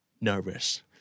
nervous